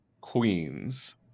Queens